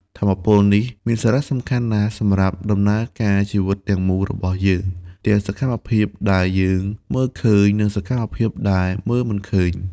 ថាមពលនេះមានសារៈសំខាន់ណាស់សម្រាប់ដំណើរការជីវិតទាំងមូលរបស់យើង ទាំងសកម្មភាពដែលយើងមើលឃើញ និងសកម្មភាពដែលមើលមិនឃើញ។